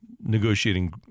negotiating